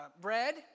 bread